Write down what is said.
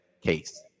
case